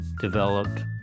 developed